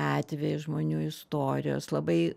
atvejai žmonių istorijos labai